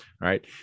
right